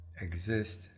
exist